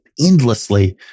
endlessly